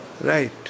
Right